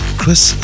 chris